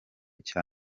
cya